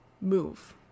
move